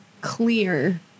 clear